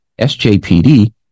SJPD